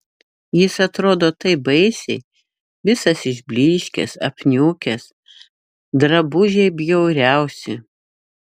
jis atrodo taip baisiai visas išblyškęs apniukęs drabužiai bjauriausi